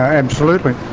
um absolutely.